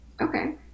Okay